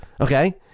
Okay